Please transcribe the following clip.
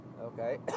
Okay